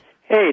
Hey